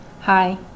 Hi